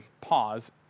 pause